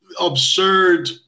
absurd